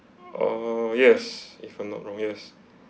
uh yes if I'm not wrong yes